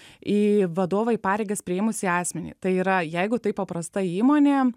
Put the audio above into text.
į vadovą į pareigas priėmusį asmenį tai yra jeigu tai paprasta įmonė